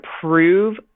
prove